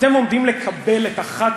אתם עומדים לקבל את אחת